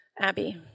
Abby